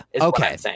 Okay